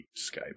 Skype